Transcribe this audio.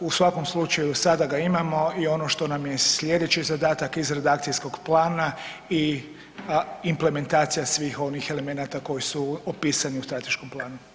U svakom slučaju sada ga imamo i ono što nam je slijedeći zadatak izrada akcijskog plana i implementacija svih onih elemenata koji su opisani u strateškom planu.